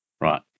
Right